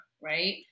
Right